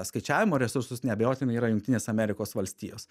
skaičiavimo resursus neabejotinai yra jungtinės amerikos valstijos